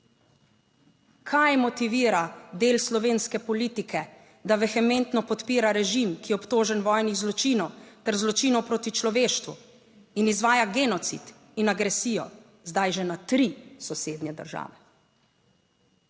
Kaj motivira del slovenske politike, da vehementno podpira režim, ki je obtožen vojnih zločinov ter zločinov proti človeštvu in izvaja genocid in agresijo zdaj že na tri sosednje države?